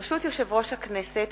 ברשות יושב-ראש הכנסת,